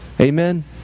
Amen